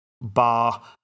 bar